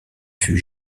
fut